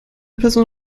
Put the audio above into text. person